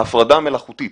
ההפרדה המלאכותית